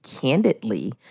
candidly